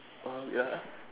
oh ya